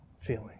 feeling